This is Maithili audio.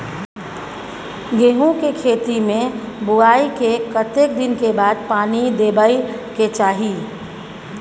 गेहूँ के खेती मे बुआई के कतेक दिन के बाद पानी देबै के चाही?